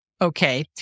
Okay